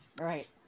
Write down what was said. Right